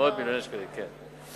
מאות מיליוני שקלים, כן.